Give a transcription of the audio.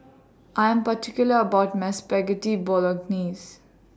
I Am particular about My Spaghetti Bolognese